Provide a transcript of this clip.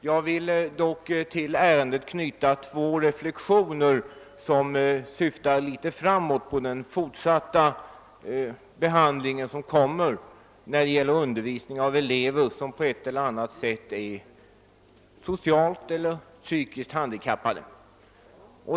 Jag vill dock till ärendet knyta två reflexioner beträffande den fortsatta behandlingen av frågan om undervisning av elever som på ett elier annat sätt, socialt eller psykiskt, är handikappade.